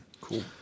Cool